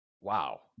wow